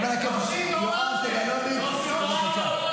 חבר הכנסת יואב סגלוביץ', בבקשה.